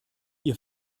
ihr